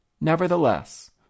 Nevertheless